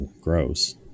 gross